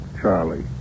Charlie